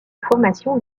formation